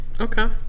Okay